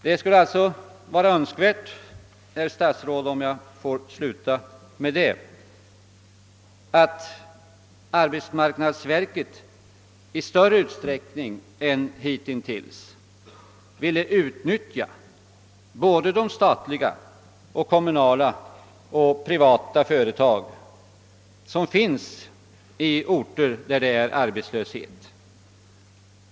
Det skulle sålunda vara önskvärt — och jag vill sluta med det — att arbetsmarknadsverket i större utsträckning än hittills utnyttjade såväl de statliga som kommunala och privata företag som finns i orter med arbetslöshet.